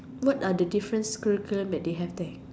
what're the difference curriculum that they have there